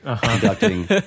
conducting